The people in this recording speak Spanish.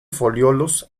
foliolos